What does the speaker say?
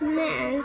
man